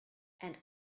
and